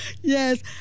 Yes